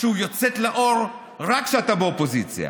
איכשהו יוצאת לאור רק כשאתה באופוזיציה.